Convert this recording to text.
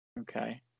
Okay